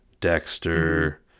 dexter